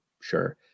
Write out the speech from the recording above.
sure